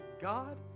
God